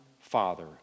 Father